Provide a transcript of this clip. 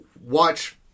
watch